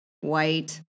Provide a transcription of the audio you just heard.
White